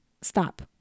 stop